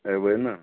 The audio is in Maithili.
अइबै ने